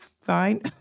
fine